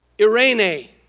Irene